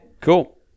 Cool